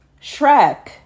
Shrek